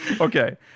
Okay